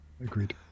Agreed